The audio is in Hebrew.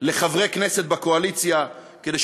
לחברי כנסת בקואליציה כדי,